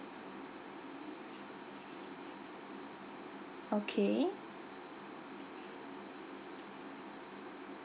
okay